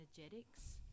energetics